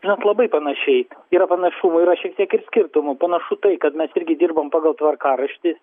net labai panašiai yra panašumų yra šiek tiek ir skirtumų panašu tai kad mes irgi dirbam pagal tvarkaraštį